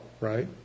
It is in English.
right